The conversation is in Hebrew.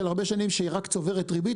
של הרבה שנים שהיא רק צוברת ריבית.